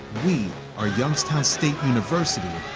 we are youngstown state university,